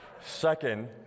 Second